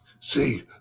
See